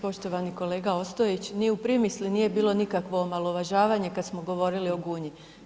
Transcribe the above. Poštovani kolega Ostojić ni u primisli nije bilo nikakvo omalovažavanje kad smo govorili o Gunji.